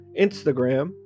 Instagram